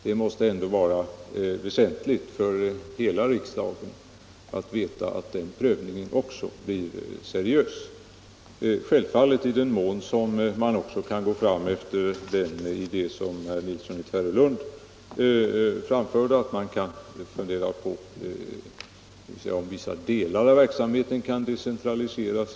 Det måste ändå vara väsentligt för hela riksdagen att veta att den prövningen också blir seriös. Vi skall självfallet också pröva om man kan gå fram efter den idé som herr Nilsson i Tvärålund framförde, att fundera på om vissa delar av verksamheten kan decentraliseras.